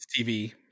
TV